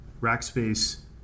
Rackspace